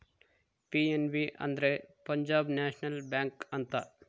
PNB ಅಂದ್ರೆ Punjab national bank ಅಂತ